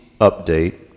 update